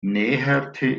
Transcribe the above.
näherte